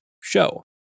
show